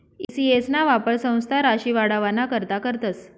E CS ना वापर संस्था राशी वाढावाना करता करतस